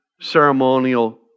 ceremonial